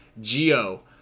geo